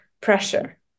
pressure